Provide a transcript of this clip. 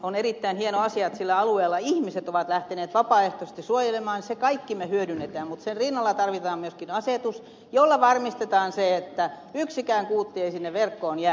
on erittäin hieno asia että sillä alueella ihmiset ovat lähteneet vapaaehtoisesti suojelemaan sen kaiken me hyödynnämme mutta sen rinnalla tarvitaan myös asetus jolla varmistetaan se että yksikään kuutti ei sinne verkkoon jää